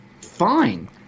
fine